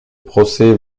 procès